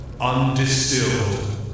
undistilled